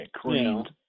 cleaned